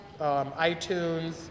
iTunes